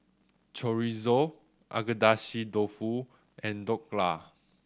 Chorizo Agedashi Dofu and Dhokla